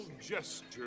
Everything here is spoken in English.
gesture